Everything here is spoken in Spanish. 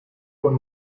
con